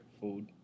Food